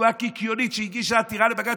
תנועה קיקיונית שהגישה עתירה לבג"ץ.